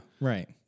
Right